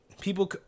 people